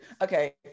Okay